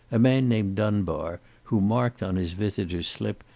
a man named dunbar, who marked on his visitors' slip,